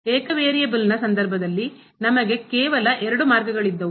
ಏಕ ವೇರಿಯೇಬಲ್ನ ಸಂದರ್ಭದಲ್ಲಿ ನಮಗೆ ಕೇವಲ ಎರಡು ಮಾರ್ಗಗಳಿದ್ದವು